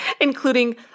including